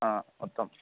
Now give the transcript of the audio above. మొత్తం